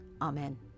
Amen